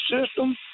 system